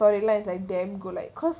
but realise is damn good like cause